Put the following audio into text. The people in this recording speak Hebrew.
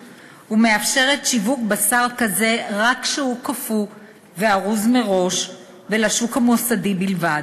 ומאפשרת שיווק בשר כזה רק כשהוא קפוא וארוז מראש ולשוק המוסדי בלבד.